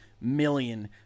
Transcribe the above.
million